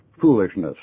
foolishness